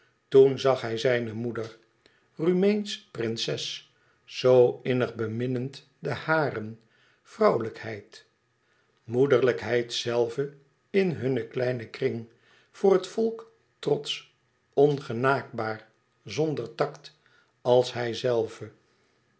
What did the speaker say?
toen zag hij zijne moeder rumeensche prinses zoo innig beminnend de haren vrouwelijkheid moederlijkheid zelve in hun kleinen kring voor het volk trotsch ongenaakbaar zonder tact als hijzelve